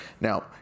Now